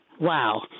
Wow